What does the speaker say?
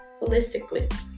holistically